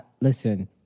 Listen